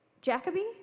Jacoby